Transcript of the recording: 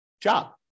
job